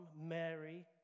Mary